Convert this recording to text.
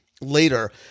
later